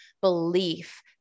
belief